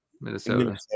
Minnesota